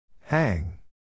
Hang